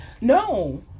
no